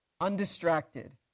Undistracted